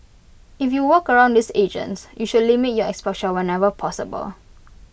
if you work around these agents you should limit your exposure whenever possible